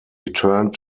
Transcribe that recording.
returned